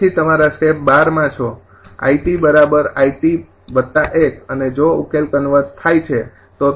પછી તમારા સ્ટેપ ૧૨માં છો 𝐼𝑇 𝐼𝑇 ૧ અને જો ઉકેલ કન્વર્ઝ થાય છે તો તે ઠીક છે